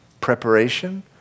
preparation